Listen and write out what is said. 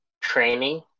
training